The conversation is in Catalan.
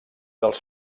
dels